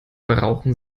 brauchen